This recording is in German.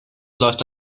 läuft